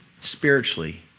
spiritually